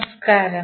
നമസ്കാരം